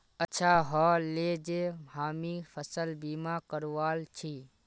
अच्छा ह ले जे हामी फसल बीमा करवाल छि